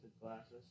glasses